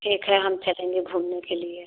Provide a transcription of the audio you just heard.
ठीक है हम चलेंगे घूमने के लिए